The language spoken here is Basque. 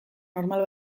normal